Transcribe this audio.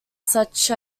such